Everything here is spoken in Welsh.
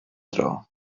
dro